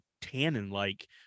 tannin-like